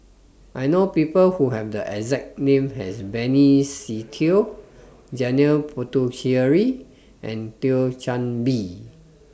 I know People Who Have The exact name as Benny Se Teo Janil Puthucheary and Thio Chan Bee